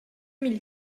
mille